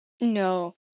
No